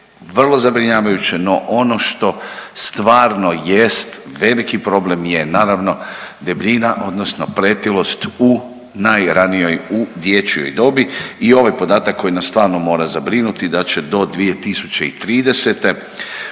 vrlo zabrinjavajuće. No ono što stvarno jest veliki problem je naravno debljina odnosno pretilost u najranijoj u dječjoj dobi i ovaj podatak koji nas stvarno mora zabrinuti da će do 2030.